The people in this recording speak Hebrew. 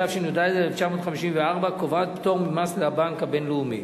התשי"ד 1954, קובעת פטור ממס לבנק הבין-הלאומי.